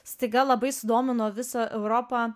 staiga labai sudomino visą europą